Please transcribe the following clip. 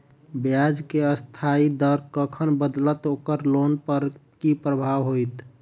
ब्याज केँ अस्थायी दर कखन बदलत ओकर लोन पर की प्रभाव होइत?